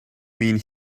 mean